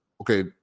okay